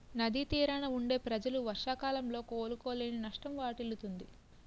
నది తీరాన వుండే ప్రజలు వర్షాకాలంలో కోలుకోలేని నష్టం వాటిల్లుతుంది